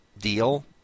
deal